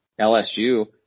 LSU